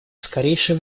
скорейшее